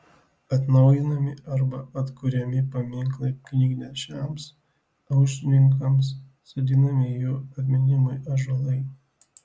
atnaujinami arba atkuriami paminklai knygnešiams aušrininkams sodinami jų atminimui ąžuolai